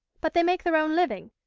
but they make their own living,